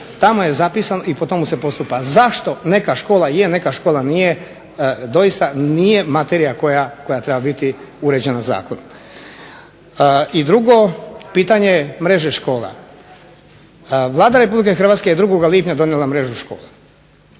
Tamo je zapisano i po tome se postupa. Zašto neka škola je neka škola nije, doista nije materija koja treba biti uređena zakonom. I dugo pitanje mreže škola. Vlada Republike Hrvatske je 2. lipnja donijela mrežu škola.